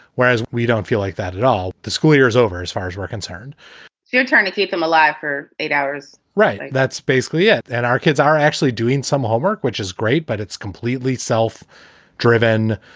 whereas we don't feel like that at all. the school year is over as far as we're concerned so you're trying to keep them alive for eight hours? right. that's basically it. and our kids are actually doing some homework, which is great, but it's completely self driven.